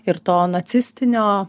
ir to nacistinio